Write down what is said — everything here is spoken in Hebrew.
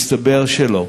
מסתבר שלא.